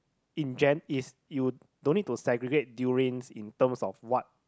in gen~ is you don't need to segregate durians in terms of what